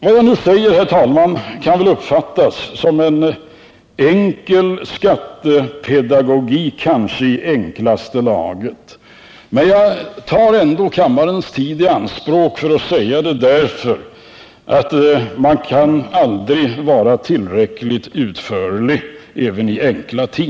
Vad jag nu säger, herr talman, kan uppfattas som en enkel skattepedagogik Nr 91 — kanske i enklaste laget. Men jag tar ändå kammarens tid i anspråk för att Onsdagen den säga det, eftersom man aldrig kan vara tillräcklig utförlig ens i enkla ting.